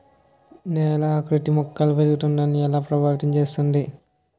నేల ఆకృతి మొక్కల పెరుగుదలను ఎలా ప్రభావితం చేస్తుంది?